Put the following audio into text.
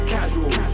Casual